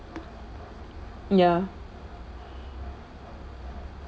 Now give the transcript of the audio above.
ya